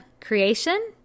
creation